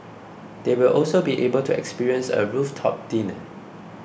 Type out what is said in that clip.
they will also be able to experience a rooftop dinner